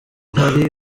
hari